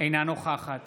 אינה נוכחת